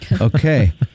Okay